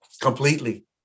Completely